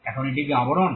এখন এটি কি আবরণ